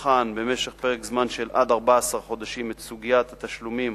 שתבחן במשך פרק זמן של עד 14 חודשים את סוגיית התשלומים